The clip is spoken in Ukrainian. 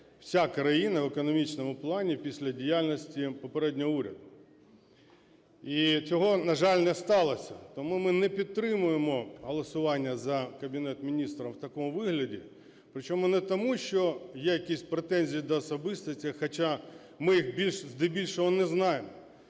вся країна в економічному плані після діяльності попереднього уряду. І цього, на жаль не сталося. Тому ми не підтримуємо голосування за Кабінет Міністрів у такому вигляді, причому не тому, що якісь претензії до особистостей, хоча ми їх здебільшого не знаємо.